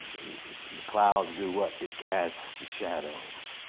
and clouds do what? they cast shadows.